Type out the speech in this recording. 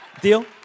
Deal